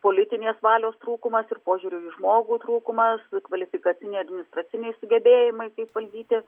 politinės valios trūkumas ir požiūrių į žmogų trūkumas kvalifikaciniai administraciniai sugebėjimai kaip valdyti